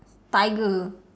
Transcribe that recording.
tiger